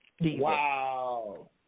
Wow